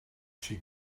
she